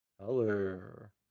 color